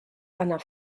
einer